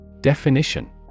Definition